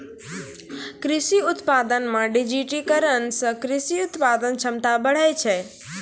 कृषि उत्पादन मे डिजिटिकरण से कृषि उत्पादन क्षमता बढ़ै छै